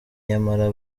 nyamara